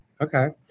Okay